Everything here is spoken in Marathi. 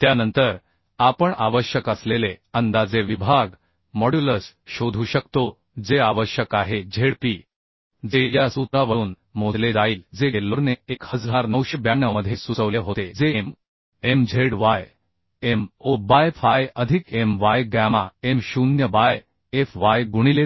त्यानंतर आपण आवश्यक असलेले अंदाजे विभाग मॉड्युलस शोधू शकतो जे आवश्यक आहे Zp जे या सूत्रावरून मोजले जाईल जे गेल्लोरने 1992 मध्ये सुचवले होते जे M gMz M 0 by Fy अधिक My गॅमा M 0 बाय Fyगुणाकार 2